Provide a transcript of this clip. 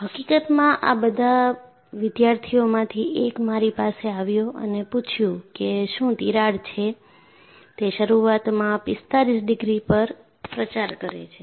હકીકતમાંઆ બધા વિદ્યાર્થીઓમાંથી એક મારી પાસે આવ્યો અને પૂછ્યું કે શું તિરાડ છે તે શરૂઆતમાં 45 ડિગ્રી પર પ્રચાર કરે છે